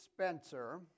Spencer